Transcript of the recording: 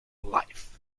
life